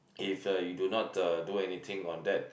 if uh you do not uh do anything on that